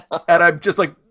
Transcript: and i'm just like,